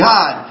God